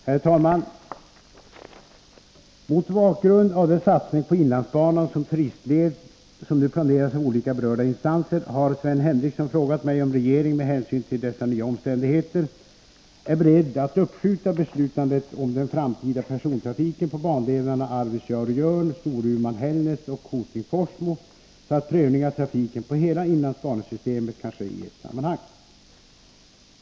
Herr talman! Mot bakgrund av den satsning på inlandsbanan som turistled som nu planeras av olika berörda instanser har Sven Henricsson frågat mig om regeringen, med hänsyn till dessa nya omständigheter, är beredd att uppskjuta beslutet om den framtida persontrafiken på bandelarna Arvidsjaur-Jörn, Storuman-Hällnäs och Hoting-Forsmo så att prövningen av trafiken på hela inlandsbanesystemet kan ske i ett sammanhang.